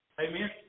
Amen